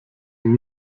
ihn